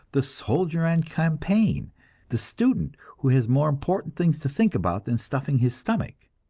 the soldier on campaign the student who has more important things to think about than stuffing his stomach.